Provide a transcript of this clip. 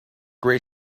gray